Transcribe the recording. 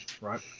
right